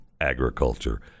agriculture